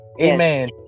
Amen